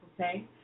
Okay